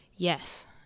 Yes